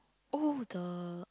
oh the